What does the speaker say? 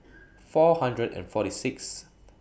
four hundred and forty Sixth